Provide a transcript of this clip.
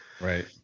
Right